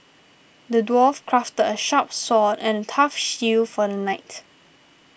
the dwarf crafted a sharp sword and a tough shield for the knight